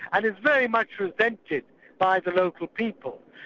and is very much resented by the local people.